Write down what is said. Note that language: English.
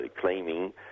claiming